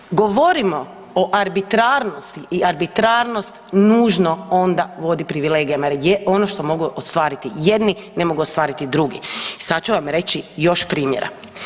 Znači govorimo o arbitrarnosti i arbitrarnost nužno ono vodi privilegijama jer ono što mogu ostvariti jedni ne mogu ostvariti drugi i sad ću vam reći još primjera.